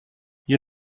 you